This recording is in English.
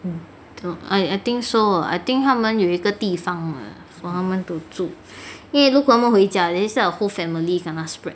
I think so I think 他们有一个地方 ah for 他们 to 住因为如果他们回家等一下他们 whole families kena spread